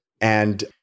And-